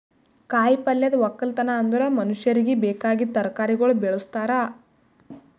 ಕಾಯಿ ಪಲ್ಯದ್ ಒಕ್ಕಲತನ ಅಂದುರ್ ಮನುಷ್ಯರಿಗಿ ಬೇಕಾಗಿದ್ ತರಕಾರಿಗೊಳ್ ಬೆಳುಸ್ತಾರ್